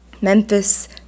Memphis